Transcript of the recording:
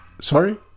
sorry